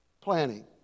Planning